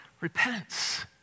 repents